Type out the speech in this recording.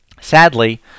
Sadly